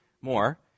more